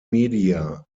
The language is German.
media